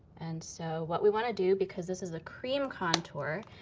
and so what we want to do, because this is a cream contour,